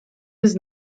his